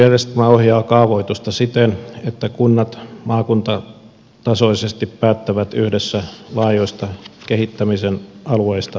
suunnittelujärjestelmä ohjaa kaavoitusta siten että kunnat maakuntatasoisesti päättävät yhdessä laajoista kehittämisen alueista maakunnassa